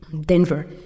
Denver